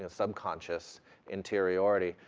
ah subconscious interiority,